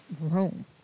room